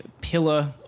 pillar